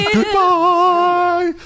Goodbye